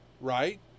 right